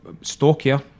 Stockier